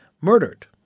Murdered